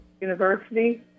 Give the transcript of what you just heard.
university